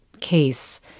case